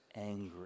angry